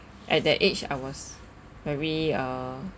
at that age I was very uh